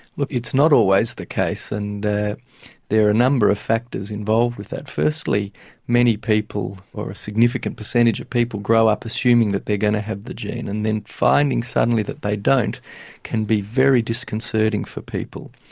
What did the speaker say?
look it's not always the case and there are a number of factors involved with that. firstly many people, or a significant percentage of people, grow up assuming that they're going to have the gene and then finding suddenly that they don't can be very disconcerting for people.